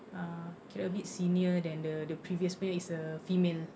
err kira a bit senior than the the previous punya is a female